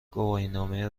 گواهینامه